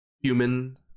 human